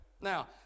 Now